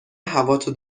هواتو